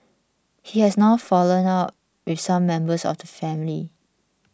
he has now fallen out with some members of the family